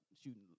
shooting